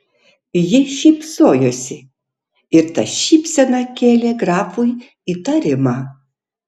ji šypsojosi ir ta šypsena kėlė grafui įtarimą